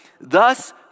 Thus